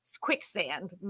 quicksand